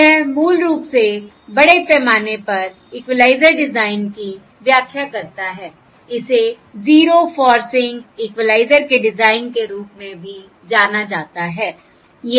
तो यह मूल रूप से बड़े पैमाने पर इक्विलाइजर डिजाइन की व्याख्या करता है इसे 0 फॉर्सिंग इक्विलाइजर के डिजाइन के रूप में भी जाना जाता है